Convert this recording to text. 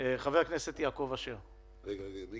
פיציתי